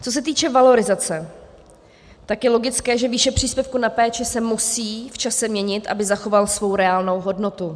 Co se týče valorizace, tak je logické, že výše příspěvku na péči se musí v čase měnit, aby zachoval svou reálnou hodnotu.